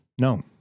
No